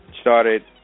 Started